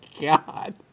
god